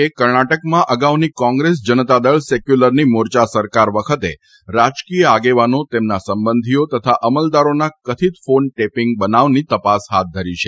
એ કર્ણાટકમાં અગાઉની કોંગ્રેસ જનતાદળ સેક્યુલરની મોરચા સરકાર વખતે રાજકીય આગેવાનો તેમના સંબંધી તથા અમલદારોના કથિત ફોન ટેપીંગના બનાવની તપાસ હાથ ધરી છે